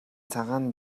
цагаан